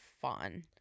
fun